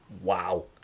Wow